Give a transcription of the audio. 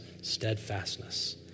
steadfastness